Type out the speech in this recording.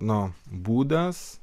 nu būdas